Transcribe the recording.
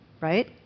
Right